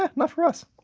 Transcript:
um for us.